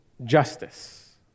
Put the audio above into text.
justice